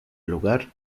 lugar